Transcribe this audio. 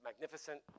magnificent